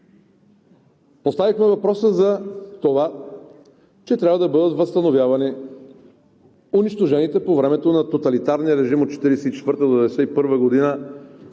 Поставихме въпроса за това, че трябва да бъдат възстановявани унищожените по времето на тоталитарния режим от 1944 – 1991 г.